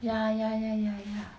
ya ya ya ya ya